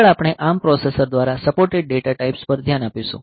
આગળ આપણે આ ARM પ્રોસેસર દ્વારા સપોર્ટેડ ડેટા ટાઈપ્સ પર ધ્યાન આપીશું